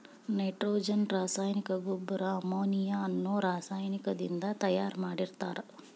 nitrogen ರಾಸಾಯನಿಕ ಗೊಬ್ಬರ ammonia ಅನ್ನೋ ರಾಸಾಯನಿಕದಿಂದ ತಯಾರ್ ಮಾಡಿರ್ತಾರ